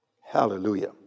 Hallelujah